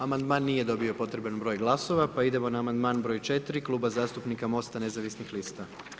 Amandman nije dobio potreban br. glasova, pa idemo na amandman br. 4. Kluba zastupnika Mosta nezavisnih lista.